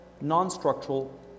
non-structural